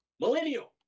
Millennial